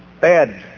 bad